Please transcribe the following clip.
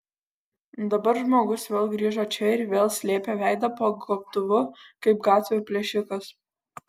dabar žmogus vėl grįžo čia ir vėl slėpė veidą po gobtuvu kaip gatvių plėšikas